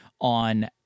on